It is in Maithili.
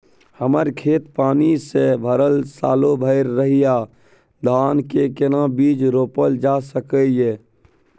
हमर खेत पानी से भरल सालो भैर रहैया, धान के केना बीज रोपल जा सकै ये?